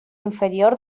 inferior